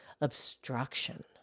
obstruction